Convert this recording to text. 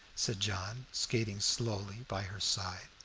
said john, skating slowly by her side.